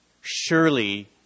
surely